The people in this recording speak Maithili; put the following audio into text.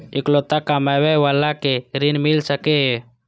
इकलोता कमाबे बाला के ऋण मिल सके ये?